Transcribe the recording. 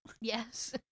Yes